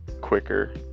quicker